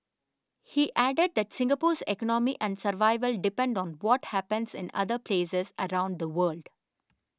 he added that Singapore's economy and survival depend on what happens in other places around the world